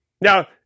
Now